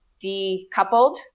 decoupled